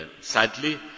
sadly